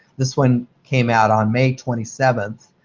this one came out on may twenty seven,